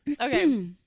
okay